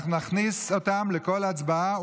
להכניס אותם לכל הצבעה,